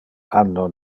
anno